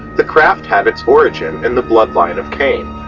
the craft had it's origin in the bloodline of cain.